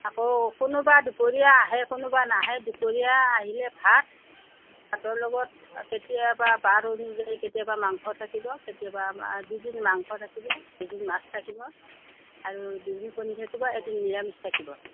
আকৌ কোনোবা দুপৰীয়া আহে কোনোবা নাহে দুপৰীয়া আহিলে ভাত ভাতৰ লগত কেতিয়াবা বাৰ অনুযায়ী কেতিয়াবা মাংস থাকিব কেতিয়াবা দুদিন মাংস থাকিব দুদিন মাছ থাকিব আৰু দুদিন কণী থাকিব এদিন নিৰামিষ থাকিব